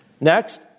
Next